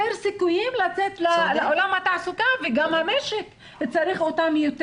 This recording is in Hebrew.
סיכויים לצאת לעולם התעסוקה וגם המשק יותר צריך אותם.